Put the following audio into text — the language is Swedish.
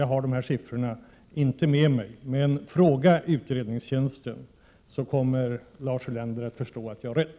Jag har inte sifferuppgifterna med mig, men jag råder ordföranden att fråga utredningstjänsten — då kommer Lars Ulander att förstå att jag har rätt.